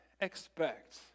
expect